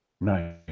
nice